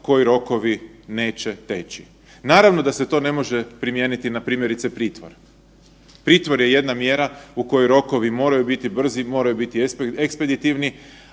koji rokovi neće teći. Naravno da se to ne može primijeniti na primjerice pritvor. Pritvor je jedna mjera u kojoj rokovi moraju biti brzi i moraju biti ekspeditivni,